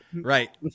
right